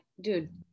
dude